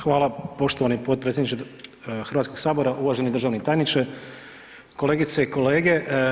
Hvala poštovani potpredsjedniče Hrvatskog sabora, uvaženi državni tajniče, kolegice i kolege.